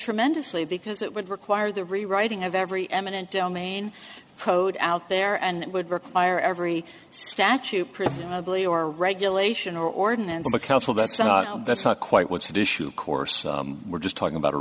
tremendously because it would require the rewriting of every eminent domain code out there and it would require every statute presumably or regulation ordinance of a council that's not that's not quite what's at issue of course we're just talking about a